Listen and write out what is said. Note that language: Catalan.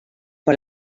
per